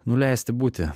nu leisti būti